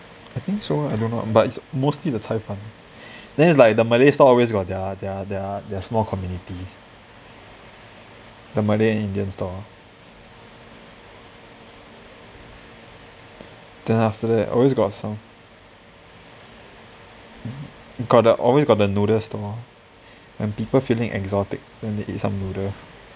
I think so I don't know but it's mostly the 菜饭 then it's like the malay stall always got their their their small community the malay and indian stalls then after that always got some mm got the always got the noodles stall when people feeling exotic then they eat some noodles